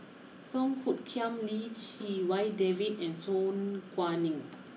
Song Hoot Kiam Lim Chee Wai David and Su Guaning